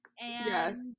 Yes